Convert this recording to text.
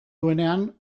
duenean